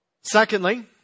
Secondly